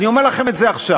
אני אומר לכם את זה עכשיו.